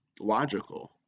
logical